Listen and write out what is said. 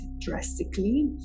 drastically